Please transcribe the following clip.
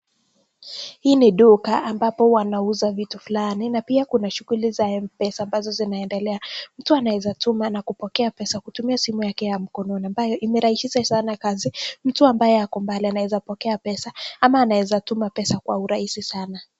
Hii ni duka ambapo wanauza vitu fulani na pia kuna shughuli za mpesa ambazo zinaendelea, mtu anaweza tuma na kupokea pesa kutumia simu yake ya mkononi ambayo inalahisisha sana kazi ,mtu ambaye ako mbali anaweza pokea pesa ama anaweza tuma pesa kwa urahisi sana.